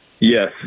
Yes